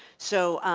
so